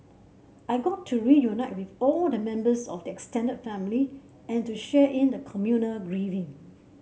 I got to reunite with all the members of the extended family and to share in the communal grieving